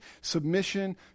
submission